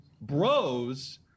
bros